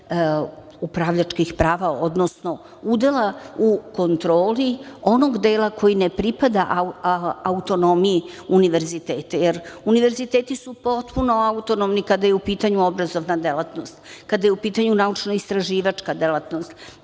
upravljačkih prava, odnosno udela u kontroli onog dela koji ne pripada autonomiji univerziteta. Jer univerziteti su potpuno autonomni kada je u pitanju8/2 MZ/CGobrazovna delatnost, kada je u pitanju naučnoistraživačka delatnost,